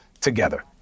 together